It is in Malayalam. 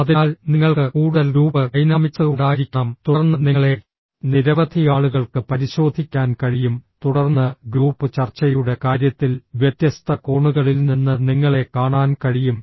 അതിനാൽ നിങ്ങൾക്ക് കൂടുതൽ ഗ്രൂപ്പ് ഡൈനാമിക്സ് ഉണ്ടായിരിക്കണം തുടർന്ന് നിങ്ങളെ നിരവധി ആളുകൾക്ക് പരിശോധിക്കാൻ കഴിയും തുടർന്ന് ഗ്രൂപ്പ് ചർച്ചയുടെ കാര്യത്തിൽ വ്യത്യസ്ത കോണുകളിൽ നിന്ന് നിങ്ങളെ കാണാൻ കഴിയും